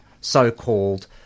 so-called